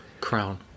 Crown